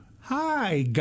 Hi